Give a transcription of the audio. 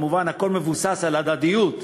כמובן, הכול מבוסס על הדדיות,